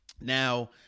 Now